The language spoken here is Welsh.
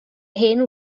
hen